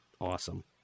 Awesome